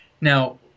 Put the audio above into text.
Now